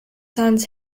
sons